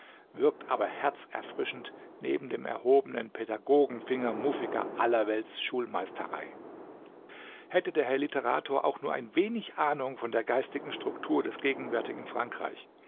wirkt aber herzerfrischend neben dem erhobenen pädagogenfinger muffiger allerweltsschulmeisterei hätte der herr literator auch nur ein wenig ahnung von der geistigen struktur des gegenwärtigen frankreich